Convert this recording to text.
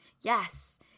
Yes